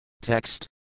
Text